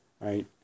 right